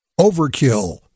overkill